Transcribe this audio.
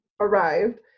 arrived